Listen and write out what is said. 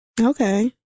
Okay